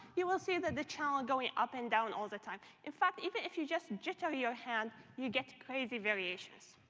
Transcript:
you will see that the channel going up and down all the time. in fact, even if you just jitter your hand, you get crazy variations.